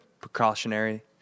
precautionary